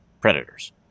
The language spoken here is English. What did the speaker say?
predators